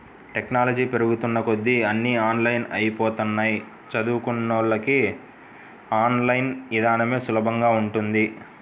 technology పెరుగుతున్న కొద్దీ అన్నీ ఆన్లైన్ అయ్యిపోతన్నయ్, చదువుకున్నోళ్ళకి ఆన్ లైన్ ఇదానమే సులభంగా ఉంటది